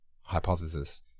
hypothesis